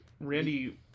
Randy